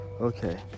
Okay